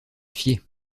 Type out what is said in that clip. fier